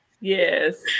Yes